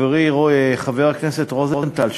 חברי חבר הכנסת רוזנטל,